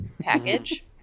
package